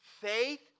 faith